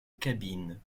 cabine